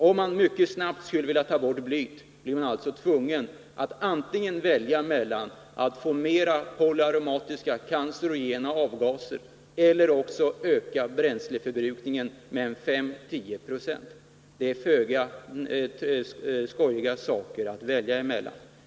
Om man skulle vilja ta bort blyet effekter mycket snabbt är man alltså tvungen att välja mellan att få mer polyaromatiska cancerogena avgaser eller öka bränsleförbrukningen med 5—-10 96 — det är föga trevligt att behöva välja mellan dessa saker.